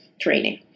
training